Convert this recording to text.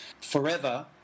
forever